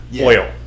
oil